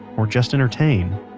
or just entertain,